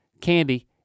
candy